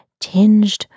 tinged